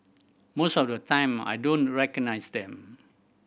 most of the time I don't recognise them